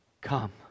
come